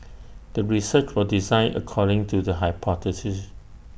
the research was designed according to the hypothesis